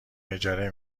اجاره